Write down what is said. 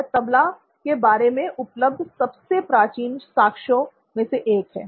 यह तबला के बारे में उपलब्ध सबसे प्राचीन साक्ष्यों में से एक है